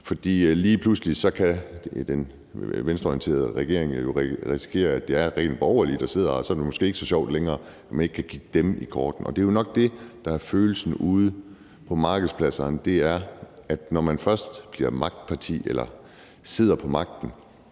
for lige pludselig kan den venstreorienterede regering jo risikere, at det er rent borgerlige, der sidder der, og så er det måske ikke så sjovt længere, at man ikke kan kigge dem i kortene. Det, der nok er følelsen ude på markedspladserne, er, at når man først bliver et magtparti eller sidder på magten,